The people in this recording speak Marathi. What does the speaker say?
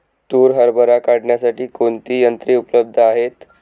तूर हरभरा काढण्यासाठी कोणती यंत्रे उपलब्ध आहेत?